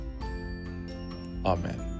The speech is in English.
amen